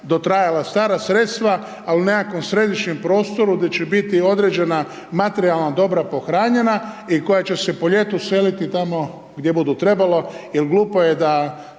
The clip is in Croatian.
dotrajala stara sredstva, ali nekakvom središnjem prostoru, gdje će biti određena materijalna dobra pohranjena i koja će se po ljetu seliti tamo gdje bude trebalo. Jer glupo je da